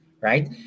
right